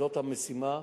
זו המשימה.